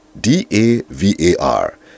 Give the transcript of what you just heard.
D-A-V-A-R